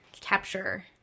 capture